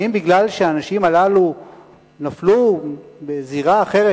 האם משום שהאנשים הללו נפלו בזירה אחרת,